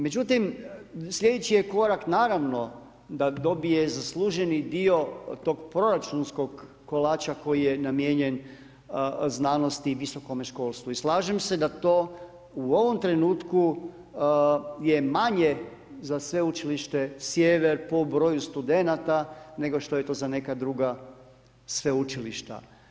Međutim, sljedeći je korak naravno da dobije zasluženi dio tog proračunskog kolača koji je namijenjen znanosti i visokome školstvu i slažem se da to u ovom trenutku je manje za Sveučilište Sjever po broju studenata, nego što je to za neka druga sveučilišta.